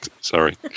Sorry